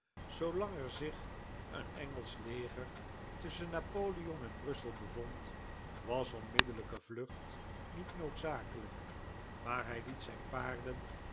zoolang er zich een engelsch leger tusschen napoleon en brussel bevond was onmiddellijke vlucht niet noodzakelijk maar hij liet zijn paarden